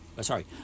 Sorry